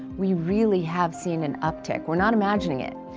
we really have seen an uptick, we're not imagining it,